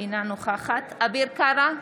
אינה נוכחת אביר קארה,